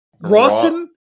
Rawson